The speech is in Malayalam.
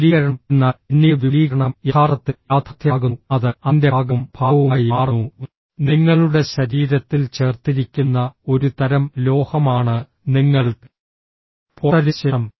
വിപുലീകരണം എന്നാൽ പിന്നീട് വിപുലീകരണം യഥാർത്ഥത്തിൽ യാഥാർത്ഥ്യമാകുന്നു അത് അതിന്റെ ഭാഗവും ഭാഗവുമായി മാറുന്നു നിങ്ങളുടെ ശരീരത്തിൽ ചേർത്തിരിക്കുന്ന ഒരു തരം ലോഹമാണ് നിങ്ങൾ പൊട്ടലിനു ശേഷം